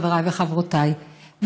חבריי וחברותיי,